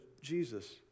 Jesus